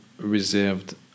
reserved